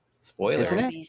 Spoiler